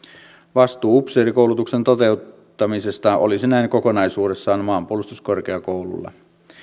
vastuu upseerikoulutuksen toteuttamisesta olisi näin kokonaisuudessaan maanpuolustuskorkeakoululla